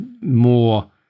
more